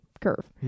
curve